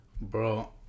bro